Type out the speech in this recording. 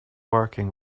working